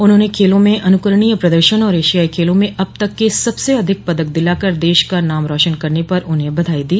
उन्होंने खेलों में अनुकरणीय प्रदर्शन और एशियाई खेलों में अब तक के सबसे अधिक पदक दिलाकर देश का नाम रोशन करने पर उन्हें बधाई दी